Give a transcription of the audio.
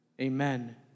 Amen